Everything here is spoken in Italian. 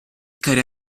carri